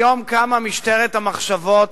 היום קמה משטרת המחשבות